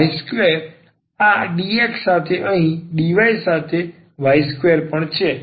y2આ dx સાથે અહીં dy સાથે y સ્ક્વેર પણ છે